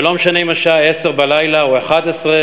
ולא משנה אם השעה עשר בלילה, או אחת-עשרה